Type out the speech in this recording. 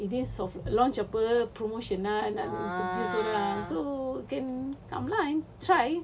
dia soft launch apa promotion ah and nak introduce lah so can come lah and try